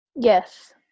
Yes